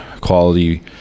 Quality